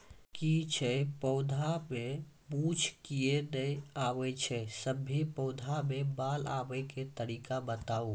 किछ पौधा मे मूँछ किये नै आबै छै, सभे पौधा मे बाल आबे तरीका बताऊ?